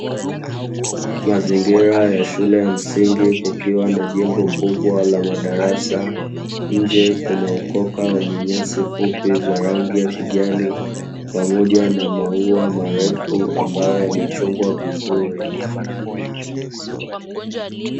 Mazingira ya shule ya msingi kukiwa na jengo kubwa la madarasa, nje kuna ukoka wenye nyasi fupi za rangi ya kijani pamoja na maua marefu ambayo yamechongwa vizuri.